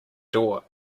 door